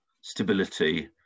stability